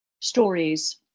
stories